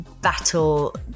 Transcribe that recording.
battle